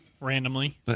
randomly